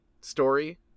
story